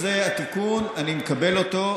אני מקבל אותו,